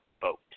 vote